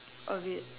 of it